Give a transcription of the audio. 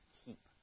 keep